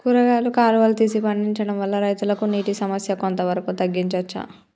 కూరగాయలు కాలువలు తీసి పండించడం వల్ల రైతులకు నీటి సమస్య కొంత వరకు తగ్గించచ్చా?